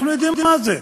אנחנו יודעים מה זה: